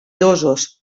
dosos